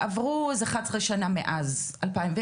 אוקיי, עכשיו עברו 11 שנה מאז 2010,